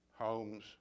homes